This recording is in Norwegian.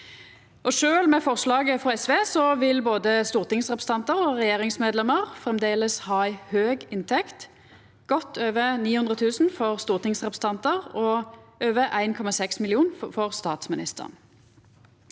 Sjølv med forslaget frå SV vil både stortingsrepresentantar og regjeringsmedlemer framleis ha ei høg inntekt – godt over 900 000 kr for stortingsrepresentantar og over 1,6 mill. kr for statsministeren.